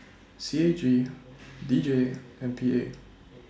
C A G D J and P A